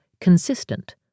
consistent